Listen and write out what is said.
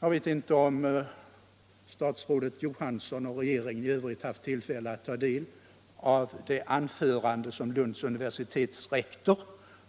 Jag vet inte om statsrådet Johansson och regeringen i övrigt har haft tillfälle att ta del av det anförande som Lunds universitets rektor